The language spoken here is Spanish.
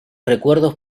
recuerdos